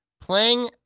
playing